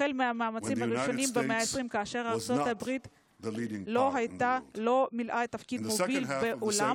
במחצית הראשונה של המאה ה-20 ארצות הברית לא מילאה תפקיד מוביל בעולם,